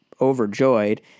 overjoyed